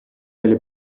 delle